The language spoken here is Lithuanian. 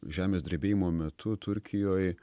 žemės drebėjimo metu turkijoj